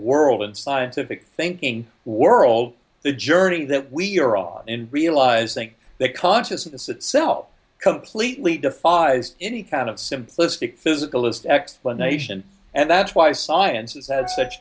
world inside civic thinking world the journey that we're all in realizing that consciousness itself completely defies any kind of simplistic physicalist explanation and that's why science says such